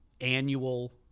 annual